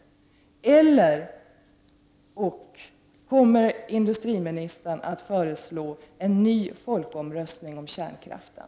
Och/eller kommer industriministern att föreslå en ny folkomröstning om kärnkraften?